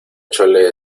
chole